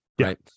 right